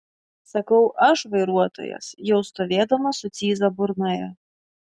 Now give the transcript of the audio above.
sakau aš vairuotojas jau stovėdamas su cyza burnoje